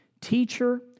teacher